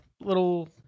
little